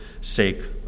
sake